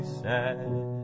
sad